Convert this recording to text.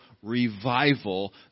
Revival